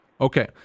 Okay